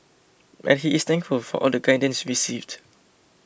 and he is thankful for all the guidance received